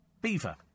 Beaver